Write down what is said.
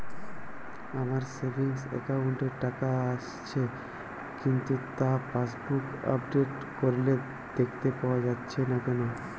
আমার savings account এ টাকা আসছে কিন্তু তা পাসবুক আপডেট করলে দেখতে পাওয়া যাচ্ছে না কেন?